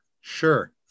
Sure